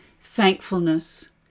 thankfulness